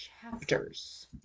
chapters